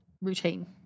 routine